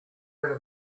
read